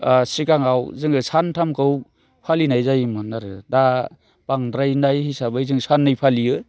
सिगाङाव जोङो सानथामखौ फालिनाय जायोमोन आरो दा बांद्रायनाय हिसाबै जों साननै फालियो